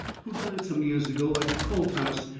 who died some years ago at coulthouse,